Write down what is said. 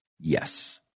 yes